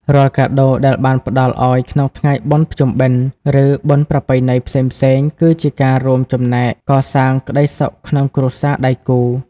រាល់កាដូដែលបានផ្ដល់ឱ្យក្នុងថ្ងៃបុណ្យភ្ជុំបិណ្ឌ ឬបុណ្យប្រពៃណីផ្សេងៗ គឺជាការរួមចំណែកកសាងក្ដីសុខក្នុងគ្រួសារដៃគូ។